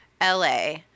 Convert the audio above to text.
LA